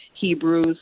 Hebrews